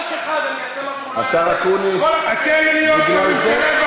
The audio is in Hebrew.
השר אקוניס, בגלל זה, הם דורשים תוספת זמן.